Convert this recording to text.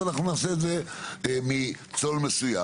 אז אנחנו נעשה את זה מצול מסוים,